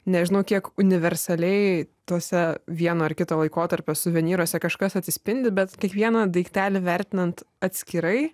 nežinau kiek universaliai tuose vieno ar kito laikotarpio suvenyruose kažkas atsispindi bet kiekvieną daiktelį vertinant atskirai